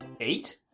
Eight